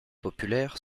populaire